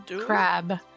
crab